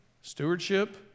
stewardship